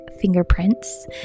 fingerprints